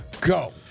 Go